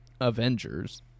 Avengers